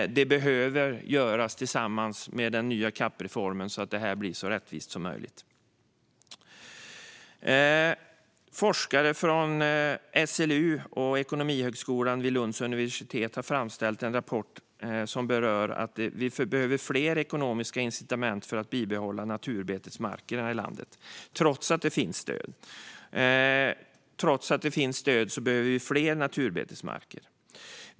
Detta behöver göras tillsammans med den nya CAP-reformen så att det blir så rättvist som möjligt. Forskare från SLU och Ekonomihögskolan vid Lunds universitet har framställt en rapport som berör att vi behöver fler ekonomiska incitament för att bibehålla naturbetesmarker här i landet, trots att det finns stöd. Vi behöver alltså fler naturbetesmarker.